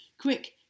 Quick